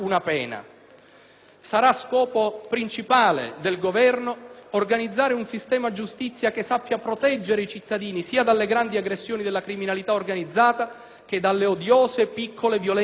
Sarà scopo principale del Governo organizzare un sistema giustizia che sappia proteggere i cittadini sia dalle grandi aggressioni della criminalità organizzata che dalle odiose, piccole, violenze quotidiane.